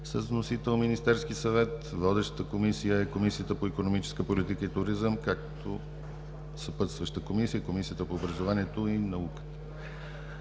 с вносител Министерският съвет. Водеща комисия е Комисията по икономическа политика и туризъм. Съпътстваща комисия е Комисията по образованието и науката.